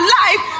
life